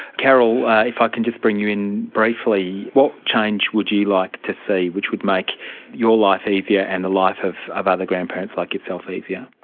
carol, if i can just bring you in briefly, what change would you like to see which would make your life easier and the life of other grandparents like yourself easier?